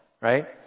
Right